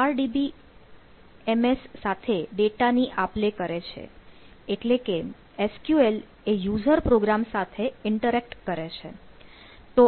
RDBMs સાથે ડેટાની આપ લે કરે છે એટલે કે SQL એ યુઝર પ્રોગ્રામ કરે છે